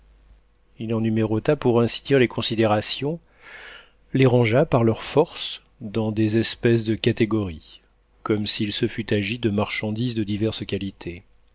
il en numérota pour ainsi dire les considérations les rangea par leur force dans des espèces de catégories comme s'il se fût agi de marchandises de diverses qualités